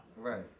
Right